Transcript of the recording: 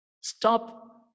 Stop